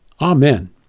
Amen